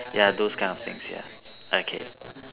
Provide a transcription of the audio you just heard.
ya those kind of things ya okay